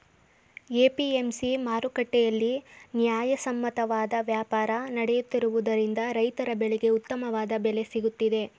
APMC ಮಾರುಕಟ್ಟೆಯಲ್ಲಿ ನ್ಯಾಯಸಮ್ಮತವಾದ ವ್ಯಾಪಾರ ನಡೆಯುತ್ತಿರುವುದರಿಂದ ರೈತರ ಬೆಳೆಗೆ ಉತ್ತಮವಾದ ಬೆಲೆ ಸಿಗುತ್ತಿದೆ